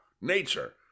nature